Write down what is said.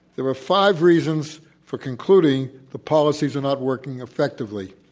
there are five reasons for concluding the policies are not working effectively.